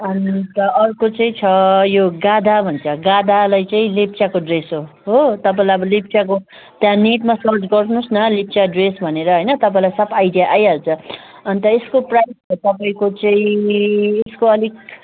अन्त अर्को चाहिँ छ यो गाधा भन्छ गाधालाई चाहिँ लेप्चाको ड्रेस हो तपाईँलाई अब लेप्चाको त्यहाँ नेटमा सर्च गर्नुहोस् न लेप्चा ड्रेस भनेर होइन तपाईँलाई सब आइडिया आइहाल्छ अन्त यसको प्राइस छ तपाईँको चाहिँ यसको अलिक